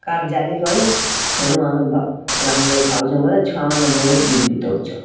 କାଠ୍ ଜାଲିକରି ସେନୁ ଆମେ ରାନ୍ଧିକି ଖାଉଚୁଁ ବେଲେ ଛୁଆମାନେ ବହୁତ୍ ବିତ୍ବିତଉଛନ୍